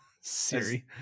Siri